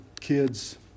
kids